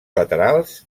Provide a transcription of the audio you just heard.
laterals